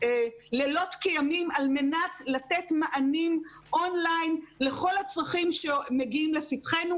כימים על מנת לתת מענים און-ליין לכל הצרכים שמגיעים לפתחנו.